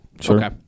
Sure